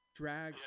drag